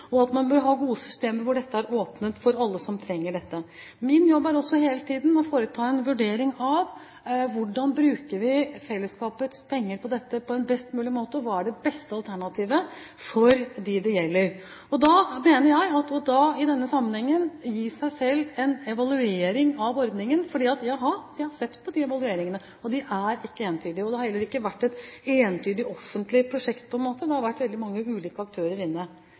og at man bør ha gode systemer hvor dette er åpnet for alle som trenger det. Min jobb er også hele tiden å foreta en vurdering av hvordan vi bruker fellesskapets penger på dette på en best mulig måte, og hva som er det beste alternativet for dem det gjelder. Jeg mener i denne sammenhengen at man må gi seg selv en evaluering av ordningen. Og ja, jeg har sett på evalueringene, og de er ikke entydige. Det har heller ikke vært et entydig, offentlig prosjekt. Det har vært veldig mange ulike aktører inne.